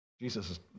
Jesus